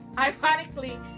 ironically